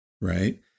right